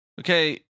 Okay